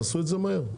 תעשו את זה מהר.